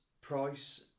Price